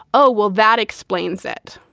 oh well that explains it.